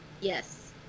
Yes